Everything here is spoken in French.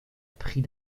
prix